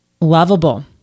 lovable